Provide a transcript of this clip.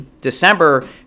December